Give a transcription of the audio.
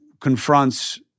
confronts